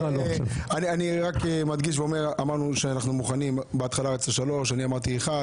אני מדגיש ואומר שבהתחלה רצו שלוש ואני אמרתי אחד.